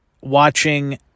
watching